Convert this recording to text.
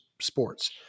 sports